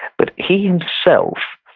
but he himself,